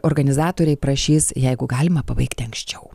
organizatoriai prašys jeigu galima pabaigti anksčiau